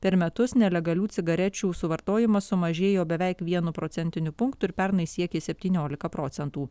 per metus nelegalių cigarečių suvartojimas sumažėjo beveik vienu procentiniu punktu ir pernai siekė septyniolika procentų